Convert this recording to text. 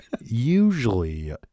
Usually